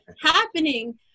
happening